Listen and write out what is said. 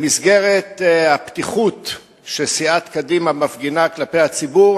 במסגרת הפתיחות שסיעת קדימה מפגינה כלפי הציבור,